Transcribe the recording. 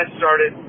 started